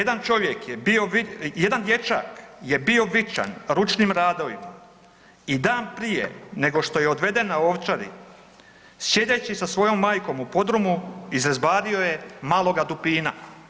Jedan čovjek je bio .../nerazumljivo/... jedan dječak je bio vičan ručnim radovima i dan prije nego što je odveden na Ovčari sjedeći sa svojom majkom u podrumu izrezbario je maloga dupina.